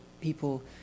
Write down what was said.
people